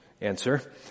Answer